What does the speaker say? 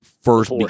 first